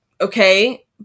okay